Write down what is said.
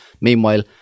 Meanwhile